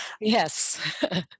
yes